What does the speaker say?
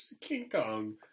King-kong